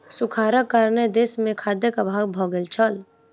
सूखाड़क कारणेँ देस मे खाद्यक अभाव भ गेल छल